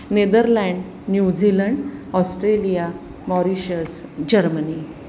Netherlands New Zealand Australia Mauritius Germany